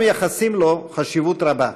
ואנו מייחסים לו חשיבות רבה.